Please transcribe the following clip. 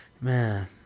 Man